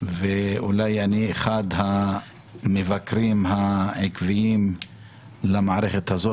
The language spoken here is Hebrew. ואולי אני אחד המבקרים העקביים למערכת הזאת,